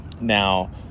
Now